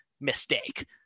mistake